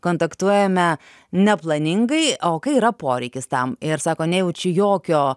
kontaktuojame neplaningai o kai yra poreikis tam ir sako nejaučiu jokio